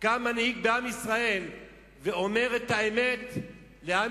קם מנהיג בעם ישראל ואומר את האמת לעם